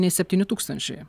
nei septyni tūkstančiai